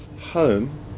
home